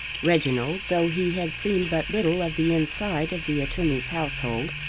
reginald, though he had seen but little of the inside of the attorney's household,